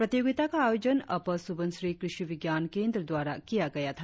प्रतियोगिता का आयोजन अपर सुबनसिरी कृषि विज्ञान केंद्र द्वारा किया गया था